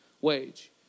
wage